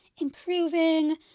improving